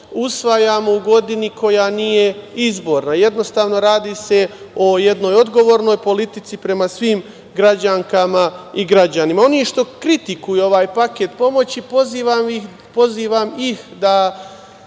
usvajamo u godini koja nije izborna. Jednostavno, radi se o jednoj odgovornoj politici prema svim građankama i građanima. Oni što kritikuju ovaj paket pomoći pozivam ih da